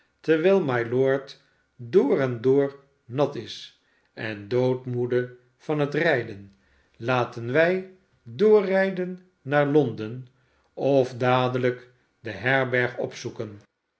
terwijl mylord door en door nat is en doodmoede van het rijden laten wij doorrijden naar londen of dadelijk de herberg opzoeken